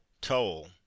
toll